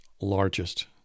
largest